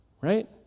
right